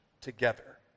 together